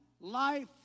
life